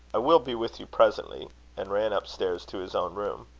i will be with you presently and ran up stairs to his own room.